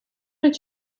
met